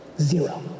Zero